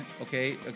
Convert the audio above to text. Okay